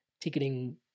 ticketing